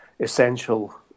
essential